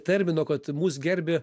termino kad mus gerbia